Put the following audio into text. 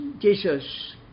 Jesus